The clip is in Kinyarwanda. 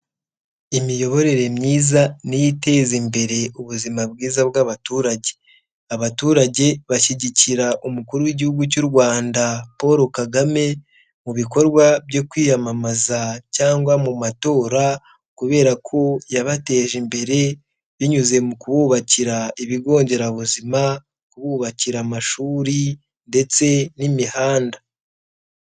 Imiyoborere myiza ni yo iteza imbere ubuzima bwiza bw'abaturage. Abaturage bashyigikira umukuru w'igihugu cy'u Rwanda Paul Kagame mu bikorwa byo kwiyamamaza cyangwa mu matora kubera ko yabateje imbere binyuze mu kububakira ibigo nderabuzima, kububakira amashuri ndetse n'imihanda.